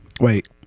Wait